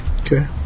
Okay